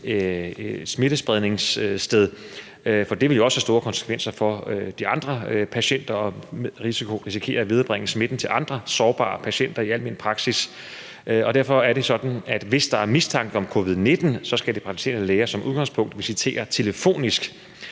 smittespredningssted, for det vil jo også have store konsekvenser for de andre patienter, der risikerer at viderebringe smitten til andre sårbare patienter i almen praksis. Derfor er det sådan, at hvis der er mistanke om covid-19, skal de praktiserende læger som udgangspunkt visitere telefonisk.